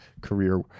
career